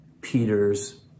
Peter's